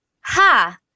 Ha